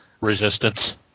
resistance